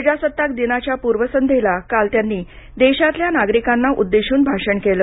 प्रजासत्ताक दिनाच्या पूर्व संध्येला काल त्यांनी देशातल्या नागरिकांना उद्देशून भाषण केलं